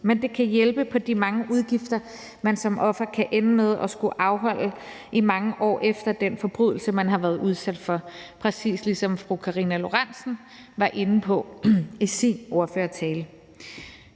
men det kan hjælpe på de mange udgifter, man som offer kan ende med at skulle afholde i mange år efter den forbrydelse, man har været udsat for, præcis ligesom fru Karina Lorentzen Dehnhardt var inde på i sin ordførertale.